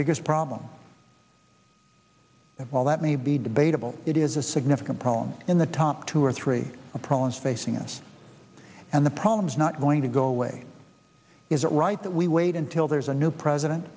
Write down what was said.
biggest problem of all that may be debatable it is a significant problem in the top two or three of problems facing us and the problem is not going to go away is it right that we wait until there's a new president